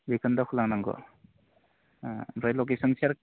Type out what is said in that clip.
बेखौ दावखोलांनांगौ ओमफ्राय लकेसन सेयार